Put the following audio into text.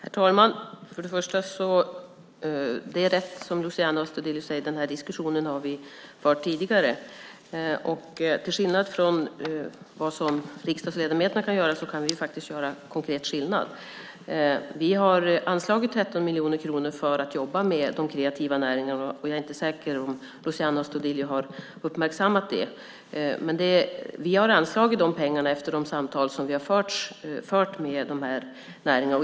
Herr talman! Det är riktigt som Luciano Astudillo säger att vi har fört den här diskussionen tidigare. Till skillnad från riksdagsledamöterna kan vi i regeringen faktiskt göra konkret skillnad. Vi har anslagit 13 miljoner kronor för att jobba med de kreativa näringarna. Jag är inte säker på att Luciano Astudillo har uppmärksammat det. Vi har anslagit dessa pengar efter samtal med näringarna.